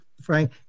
Frank